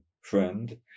friend